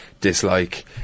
dislike